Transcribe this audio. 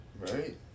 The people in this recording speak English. Right